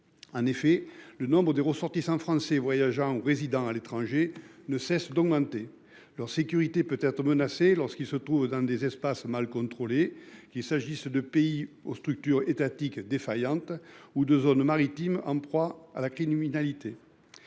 En effet le nombres des ressortissants français, voyageant ou résidant à l'étranger, ne cesse d'augmenter leur sécurité peut être menacée lorsqu'ils se trouvent dans des espaces mal contrôlée qu'il s'agisse de pays aux structures étatiques défaillante ou de zones maritimes en proie à la clinique